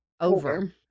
over